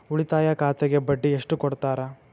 ಉಳಿತಾಯ ಖಾತೆಗೆ ಬಡ್ಡಿ ಎಷ್ಟು ಕೊಡ್ತಾರ?